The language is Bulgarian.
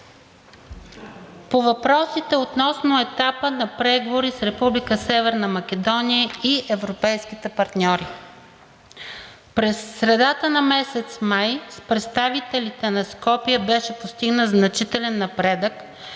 По въпросите относно етапа на преговори с Република Северна Македония и европейските партньори. През средата на месец май с представителите на Скопие беше постигнат значителен напредък